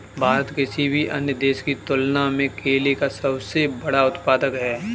भारत किसी भी अन्य देश की तुलना में केले का सबसे बड़ा उत्पादक है